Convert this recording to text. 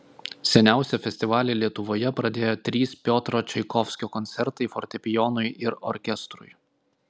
seniausią festivalį lietuvoje pradėjo trys piotro čaikovskio koncertai fortepijonui ir orkestrui